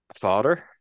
father